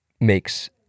makes